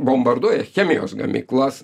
bombarduoja chemijos gamyklas